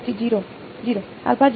વિદ્યાર્થી 0 0